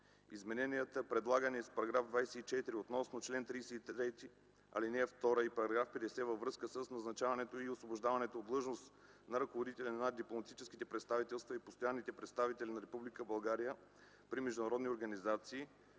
Измененията, предлагани с § 24 относно чл. 33, ал. 2 и § 50 във връзка с назначаването и освобождаването от длъжност на ръководителите на дипломатическите представителства и постоянните представители на Република България при международните организации